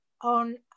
On